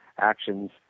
actions